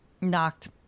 knocked